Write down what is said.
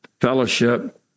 fellowship